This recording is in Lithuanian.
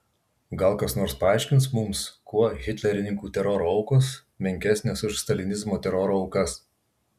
gal kas nors paaiškins mums kuo hitlerininkų teroro aukos menkesnės už stalinizmo teroro aukas